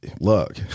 Look